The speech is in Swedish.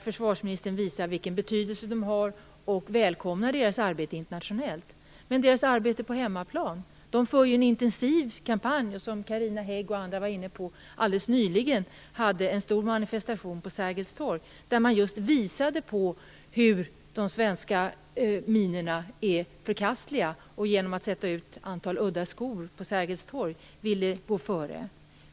Försvarsministern visar vilken betydelse de har och välkomnar deras arbete internationellt. Men hur är det med deras arbete på hemmaplan? De för ju en intensiv kampanj, och de hade, som Carina Hägg och andra talade om, nyligen en stor manifestation på Sergels torg där de just visade att de svenska minorna är förkastliga, genom att sätta ut ett antal udda skor, och att de ville gå före.